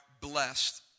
blessed